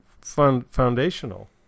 foundational